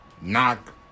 knock